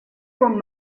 con